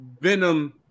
Venom